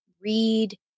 read